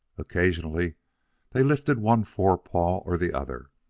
occasionally they lifted one fore paw or the other,